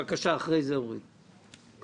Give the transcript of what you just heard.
בבקשה, אחרי זה אורית פרקש.